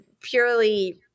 purely